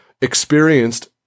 experienced